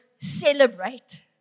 celebrate